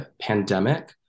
pandemic